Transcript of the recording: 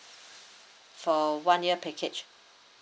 for one year package